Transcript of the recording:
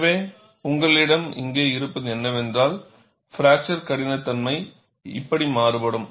எனவே உங்களிடம் இங்கே இருப்பது என்னவென்றால் ஃப்பிராக்சர் கடினத்தன்மை இப்படி மாறுபடும்